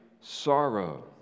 sorrow